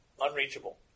Unreachable